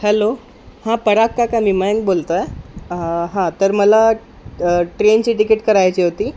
hello हां पराग काका मी मयंक बोलतो आहे हां तर मला ट्रेनची तिकीट करायची होती